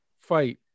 fight